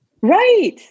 Right